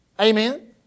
Amen